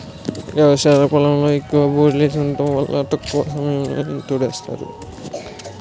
వ్యవసాయ పొలంలో ఎక్కువ బోర్లేసి వుండటం వల్ల తక్కువ సమయంలోనే తోడేస్తున్నారు